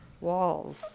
Walls